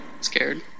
scared